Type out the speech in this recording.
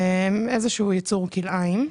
והם איזשהו ייצור כלאיים,